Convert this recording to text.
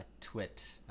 Twit